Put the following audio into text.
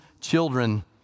children